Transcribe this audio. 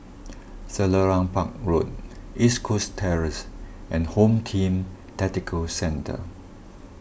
Selarang Park Road East Coast Terrace and Home Team Tactical Centre